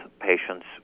patients